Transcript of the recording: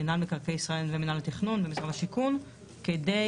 מנהל מקרקעי ישראל ומנהל התכנון במשרד השיכון כדי